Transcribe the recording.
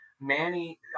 Manny